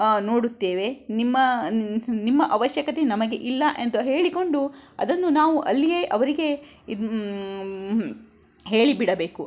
ನೋಡುತ್ತೇವೆ ನಿಮ್ಮ ನಿಮ್ಮ ಅವಶ್ಯಕತೆ ನಮಗೆ ಇಲ್ಲ ಎಂತ ಹೇಳಿಕೊಂಡು ಅದನ್ನು ನಾವು ಅಲ್ಲಿಯೇ ಅವರಿಗೆ ಹೇಳಿಬಿಡಬೇಕು